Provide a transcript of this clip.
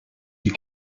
sie